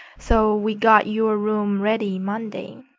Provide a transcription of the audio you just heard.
so we got your room ready monday.